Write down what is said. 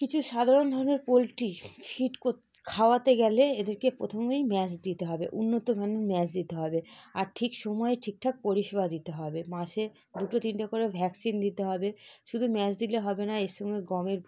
কিছু সাধারণ ধরনের পোলট্রি ফিড খাওয়াতে গেলে এদেরকে প্রথমেই ম্যাস দিতে হবে উন্নত মানের ম্যাস দিতে হবে আর ঠিক সময়ে ঠিকঠাক পরিষেবা দিতে হবে মাসে দুটো তিনটে করে ভ্যাক্সিন দিতে হবে শুধু ম্যাস দিলে হবে না এর সঙ্গে গমের